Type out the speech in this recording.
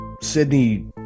Sydney